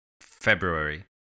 February